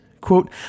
Quote